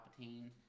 Palpatine